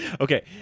Okay